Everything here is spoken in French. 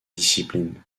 discipline